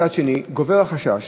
מצד שני, גובר החשש